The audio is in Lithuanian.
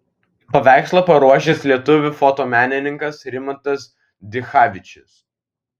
paveikslą paruošė lietuvių fotomenininkas rimantas dichavičius